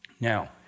Now